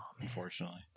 unfortunately